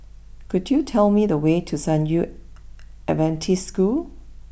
could you tell me the way to San Yu Adventist School